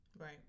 Right